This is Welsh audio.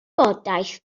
wybodaeth